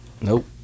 Nope